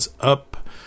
up